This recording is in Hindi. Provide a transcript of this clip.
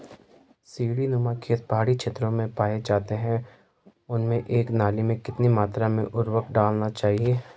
सीड़ी नुमा खेत पहाड़ी क्षेत्रों में पाए जाते हैं उनमें एक नाली में कितनी मात्रा में उर्वरक डालना चाहिए?